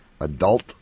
adult